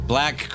Black